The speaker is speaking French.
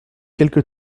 quelque